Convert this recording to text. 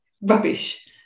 rubbish